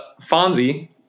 Fonzie